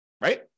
Right